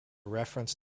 reference